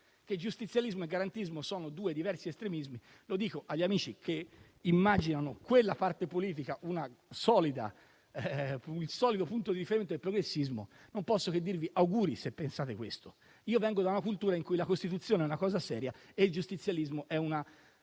che giustizialismo e garantismo sono due diversi estremismi, agli amici che immaginano quella parte politica come un solido punto di riferimento del progressismo non posso che dire: "Auguri, se pensate questo". Io vengo da una cultura in cui la Costituzione è una cosa seria e il giustizialismo ne